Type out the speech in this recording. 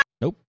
Nope